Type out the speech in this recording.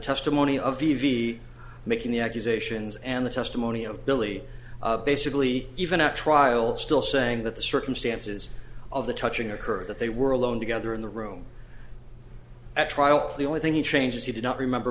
testimony of v v making the accusations and the testimony of billy basically even at trial still saying that the circumstances of the touching occurred that they were alone together in the room at trial the only thing he changes he did not remember